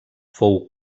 fou